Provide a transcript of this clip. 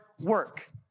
work